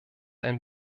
ein